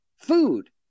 Food